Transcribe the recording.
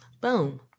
boom